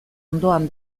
ondoan